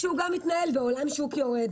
כשהוא גם מתנהל בעולם של שוק יורד.